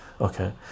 okay